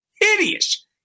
Hideous